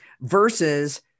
versus